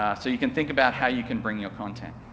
ah so you can think about how you can bring your content.